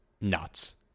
nuts